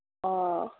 অঁ